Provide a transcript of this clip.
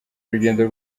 urugendo